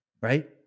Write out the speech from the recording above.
right